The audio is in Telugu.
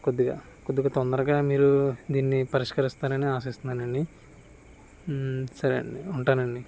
కొద్దిగా కొద్దిగా తొందరగా మీరు దీన్ని పరిష్కరిస్తారని ఆశిస్తున్నానండి సరే అండి ఉంటానండీ